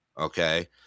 Okay